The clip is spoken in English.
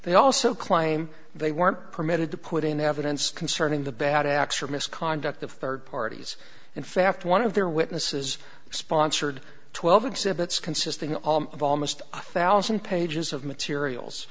they also claim they weren't permitted to put in evidence concerning the bad acts or misconduct of third parties in fact one of their witnesses sponsored twelve exhibits consisting of almost a thousand pages of materials